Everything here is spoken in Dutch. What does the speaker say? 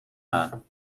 aan